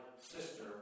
sister